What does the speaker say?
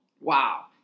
Wow